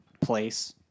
place